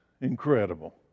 incredible